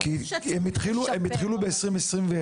הם התחילו ב-2021,